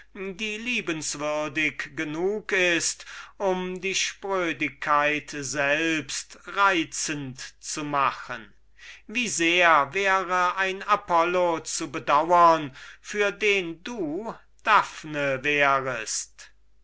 die liebenswürdig genug ist um die sprödigkeit selbst reizend zu machen wie sehr wäre ein apollo zu bedauren für den du daphne wärest